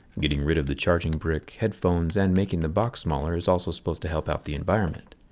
getting rid of the charging brick, headphones, and making the box smaller is also supposed to help out the environment.